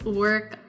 work